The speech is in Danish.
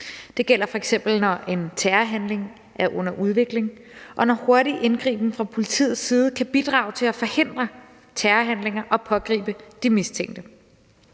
Det gælder f.eks., når en terrorhandling er under udvikling, og når hurtig indgriben fra politiets side kan bidrage til at forhindre terrorhandlinger og pågribe de mistænkte.